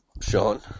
Sean